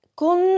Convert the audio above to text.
con